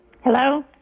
Hello